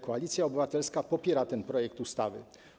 Koalicja Obywatelska popiera ten projekt ustawy.